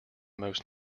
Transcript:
most